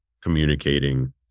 communicating